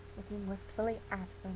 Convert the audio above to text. wistfully after